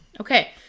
okay